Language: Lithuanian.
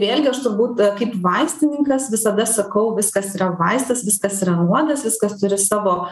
vėlgi aš turbūt kaip vaistininkas visada sakau viskas yra vaistas viskas yra nuodas viskas turi savo